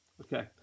Okay